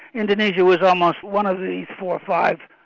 indonesia was almost one of the four, five,